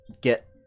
get